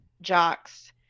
jocks